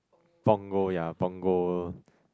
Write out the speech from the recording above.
Punggol ya Punggol